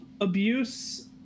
abuse